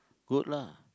good lah